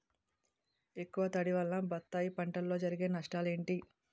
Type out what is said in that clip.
ఎక్కువ తడి వల్ల బత్తాయి పంటలో జరిగే నష్టాలేంటి?